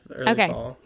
Okay